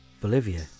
Bolivia